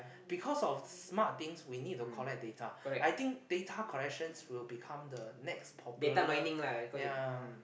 because of smart things we need to collect data I think data collections will become the next popular